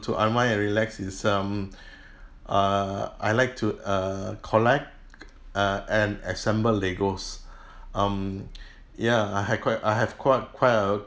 to unwind and relax is um err I like to err collect uh and assemble legos um ya I had quite I have quite quite a